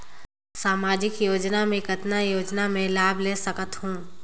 समाजिक योजना मे कतना योजना मे लाभ ले सकत हूं?